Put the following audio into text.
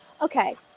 okay